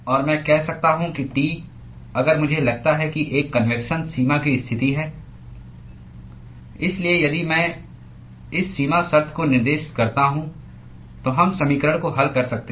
और मैं कह सकता हूं कि T अगर मुझे लगता है कि एक कन्वेक्शन सीमा की स्थिति है इसलिए यदि मैं इस सीमा शर्त को निर्दिष्ट करता हूं तो हम समीकरण को हल कर सकते हैं